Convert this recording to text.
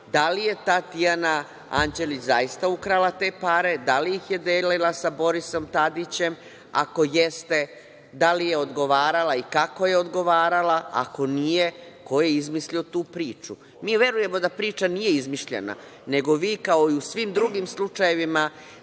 da li je ta Tijana Anđelić zaista ukrala te pare, da li ih je delila sa Borisom Tadićem? Ako jeste, da li je odgovarala i kako je odgovarala, a ako nije, ko je izmislio tu priču? Mi verujemo da priča nije izmišljena, nego kao i u svim drugim slučajevima